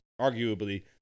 arguably